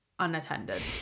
unattended